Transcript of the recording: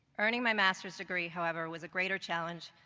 earning my master's degree, however, was a greater challenge,